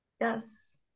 Yes